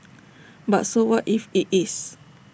but so what if IT is